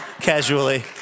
casually